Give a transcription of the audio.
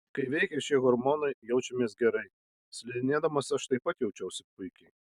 kai veikia šie hormonai jaučiamės gerai slidinėdamas aš taip pat jaučiausi puikiai